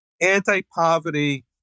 anti-poverty